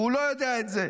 הוא לא יודע את זה.